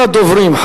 ראשון הדוברים,